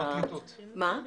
כל המשרדים.